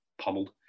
pummeled